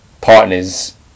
Partners